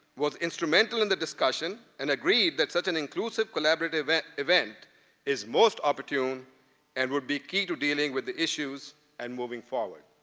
was instrumental in the discussion, and agreed that such an inclusive collaborative and event is most opportune and will be key to dealing with the issues and moving forward.